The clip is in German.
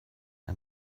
ein